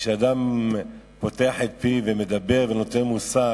כשאדם פותח את פיו ומדבר ונותן מוסר,